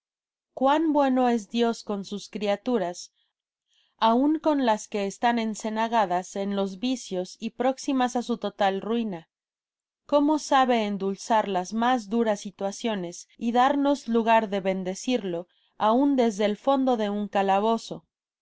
cuán bueno es dios con sus criaturas aun con las que estan encenagadas en los vicios y próximas á su total rainal como sabe endulzar las mas duras situaciones y darnos lugar de bendecirlo aun desde el fondo de un calabozo